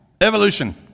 evolution